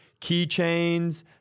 keychains